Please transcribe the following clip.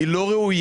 היא לא ראויה,